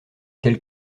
tels